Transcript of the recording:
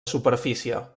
superfície